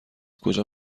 کجا